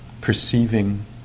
perceiving